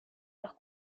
los